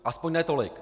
Aspoň ne tolik.